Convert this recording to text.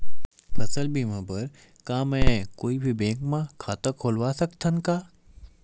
फसल बीमा बर का मैं कोई भी बैंक म खाता खोलवा सकथन का?